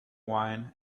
wine